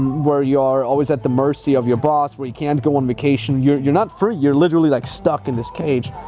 where you are always at the mercy of your boss, where you can go on vacation, you're not free? you're literally like stuck in this cage,